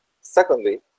secondly